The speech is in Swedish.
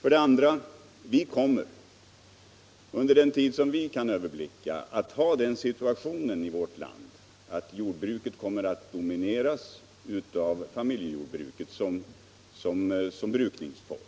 För det andra vill jag säga att vi kommer, under den tid som vi kan överblicka, att ha den situationen i vårt land att jordbruket domineras av familjejordbruket som brukningsform.